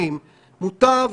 זאת אומרת,